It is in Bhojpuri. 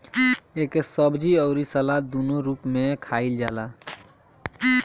एके सब्जी अउरी सलाद दूनो रूप में खाईल जाला